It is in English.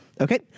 Okay